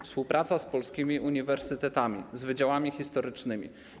Współpraca z polskimi uniwersytetami, z wydziałami historycznymi.